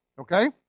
okay